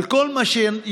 על כל מה שינחו,